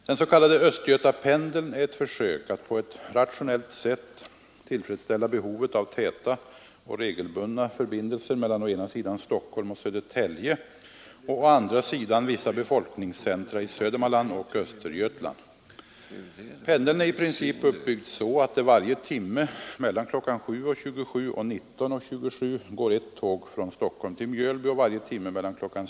Den s.k. Östgötapendeln är ett försök att på ett rationellt sätt tillfredsställa behovet av täta och regelbundna förbindelser mellan å ena sidan Stockholm och Södertälje och å andra sidan vissa befolkningscentra i Södermanland och Östergötland. Pendeln är i princip uppbyggd så, att det varje timme mellan kl. 7.27 och 19.27 går ett tåg från Stockholm till Mjölby och varje timme mellan kl.